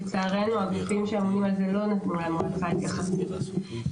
לצערנו הגופים שאמונים על זה לא נתנו עד עכשיו התייחסות לזה.